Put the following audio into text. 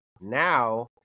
now